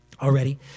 Already